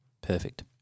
perfect